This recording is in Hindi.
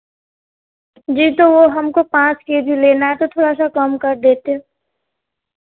जी तो वह हमको पाँच के जी लेना है तो थोड़ा सा कम कर देते